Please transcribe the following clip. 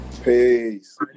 peace